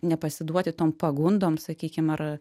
nepasiduoti tom pagundom sakykim ar